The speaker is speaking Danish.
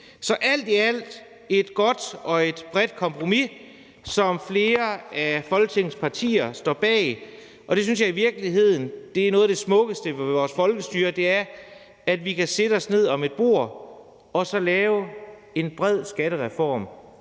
i alt er det et godt og et bredt kompromis, som flere af Folketingets partier står bag, og det synes jeg i virkeligheden er noget af det smukkeste ved vores folkestyre, altså at vi kan sætte os ned om et bord og så lave en bred skattereform,